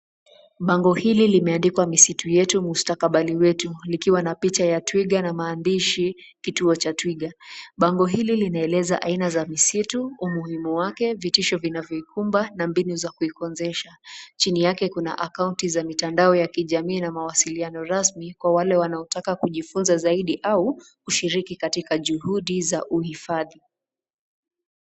Bango hili limeandikwa Misitu yetu, mustakabali wetu. likiwa na picha ya twiga na maandishi Kituo cha Twiga. Bango hili linaeleza aina za misitu, umuhumu wake, vitisho vinavyoikumba na mbinu za kuikunzisha. Chini yake kuna akaunti za mitandao ya kijamii na mawasiliano rasmi kwa wale wanaotaka kujifunza zaidi au kushiriki katika juhudi za uhifadhi.